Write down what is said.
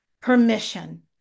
permission